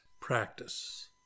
practice